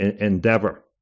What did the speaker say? endeavor